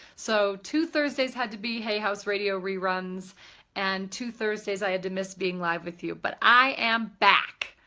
so two thursday's had to be hay house radio reruns and two thursdays i had to miss being live with you but i am back.